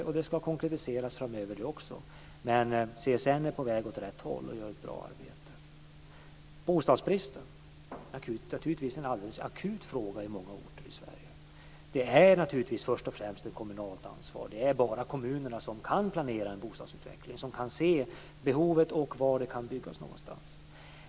Det ska också konkretiseras framöver. Men CSN är på väg åt rätt håll och gör ett bra arbete. Bostadsbristen är en alldeles akut fråga på många orter i Sverige. Det är naturligtvis först och främst ett kommunalt ansvar. Det är bara kommunerna som kan planera bostadsutvecklingen, som kan se behovet och var det kan byggas någonstans.